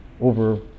over